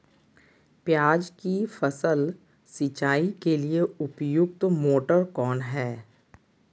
प्याज की फसल सिंचाई के लिए उपयुक्त मोटर कौन है?